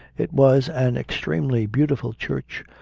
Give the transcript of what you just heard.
it was an extremely beautiful church,